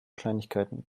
kleinigkeiten